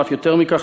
ואף יותר מכך,